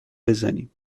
بزنیم